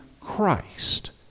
Christ